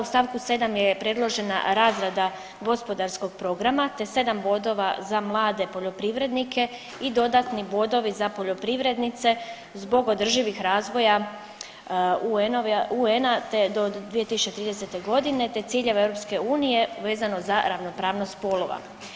U stavku 7. je predložena razrada gospodarskog programa, te 7 bodova za mlade poljoprivrednike i dodatni bodovi za poljoprivrednice zbog održivih razvoja UN-a te do 2030. godine, te ciljeve EU vezano za ravnopravnost spolova.